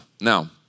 Now